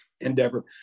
endeavor